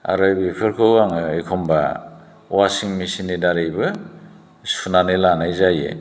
आरो बेफोरखौ आङो एखनबा वासिं मेशिननि दारैबो सुनानै लानाय जायो